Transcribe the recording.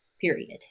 period